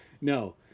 No